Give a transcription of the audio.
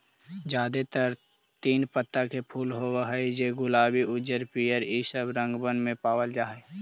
जादेतर तीन पत्ता के फूल होब हई जे गुलाबी उज्जर पीअर ईसब रंगबन में पाबल जा हई